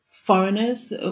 foreigners